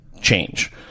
change